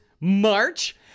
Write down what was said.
March